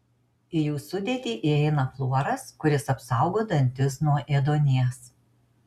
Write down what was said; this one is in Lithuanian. į jų sudėtį įeina fluoras kuris apsaugo dantis nuo ėduonies